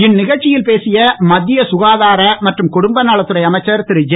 இந்நிகழ்ச்சியில் பேசிய மத்திய சுகாதார மற்றும் குடும்பநலத் துறை அமைச்சர் திருஜே